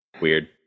Weird